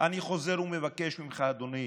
אני חוזר ומבקש ממך, אדוני